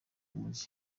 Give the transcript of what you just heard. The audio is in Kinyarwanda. mujyi